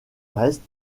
reste